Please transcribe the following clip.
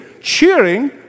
cheering